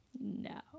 No